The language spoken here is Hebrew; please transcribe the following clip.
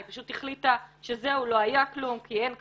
היא פשוט החליטה שזהו, לא היה כלום כי אין כלום.